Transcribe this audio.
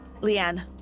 Leanne